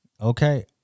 Okay